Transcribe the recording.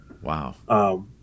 wow